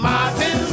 Martin